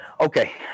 Okay